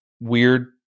weird